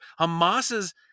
Hamas's